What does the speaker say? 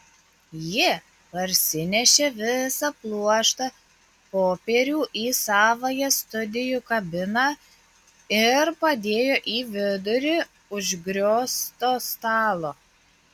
ji parsinešė visą pluoštą popierių į savąją studijų kabiną ir padėjo į vidurį užgriozto stalo